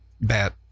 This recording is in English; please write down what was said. bat